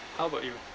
how about you